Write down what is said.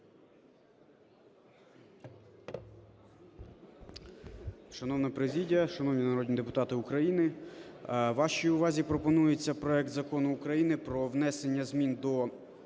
Шановна президія, шановні народні депутати України! Вашій увазі пропонується проект Закону України про внесення змін до